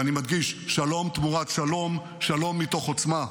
ואני מדגיש, שלום תמורת שלום, שלום מתוך עוצמה,